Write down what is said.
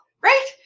right